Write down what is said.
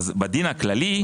בדין הכללי,